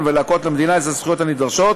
ולהקנות למדינה את הזכויות הנדרשות,